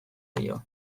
dio